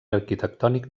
arquitectònic